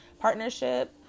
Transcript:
Partnership